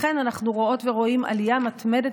אכן אנחנו רואות ורואים עלייה מתמדת